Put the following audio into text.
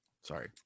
sorry